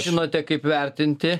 žinote kaip vertinti